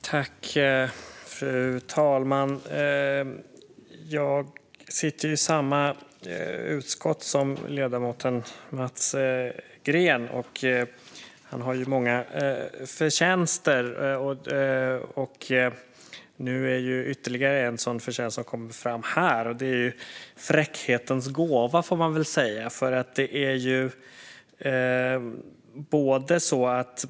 Fru talman! Jag sitter i samma utskott som ledamoten Mats Green, och han har många förtjänster. Ytterligare en förtjänst kommer fram här, och det får man väl säga är fräckhetens gåva.